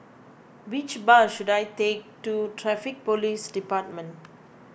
which bus should I take to Traffic Police Department